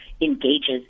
engages